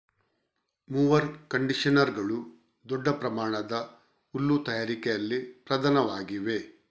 mower ಕಂಡಿಷನರುಗಳು ದೊಡ್ಡ ಪ್ರಮಾಣದ ಹುಲ್ಲು ತಯಾರಿಕೆಯಲ್ಲಿ ಪ್ರಧಾನವಾಗಿವೆ